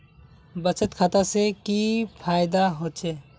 बचत खाता से की फायदा होचे?